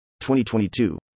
2022